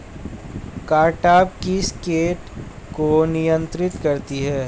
Cartap किस किट को नियंत्रित करती है?